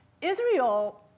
Israel